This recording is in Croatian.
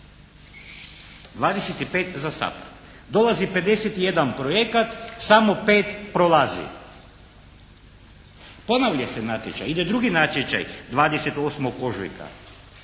25 za «SAPHARD». Dolazi 51 projekat, samo 5 prolazi. Ponavlja se natječaj, ide drugi natječaj 28. ožujka.